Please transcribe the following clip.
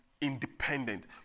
independent